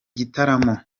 gitaramo